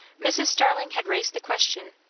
mrs. starling had raised the question.